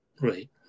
Right